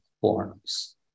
forms